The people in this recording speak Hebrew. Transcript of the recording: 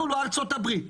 אנחנו לא ארצות הברית,